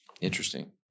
Interesting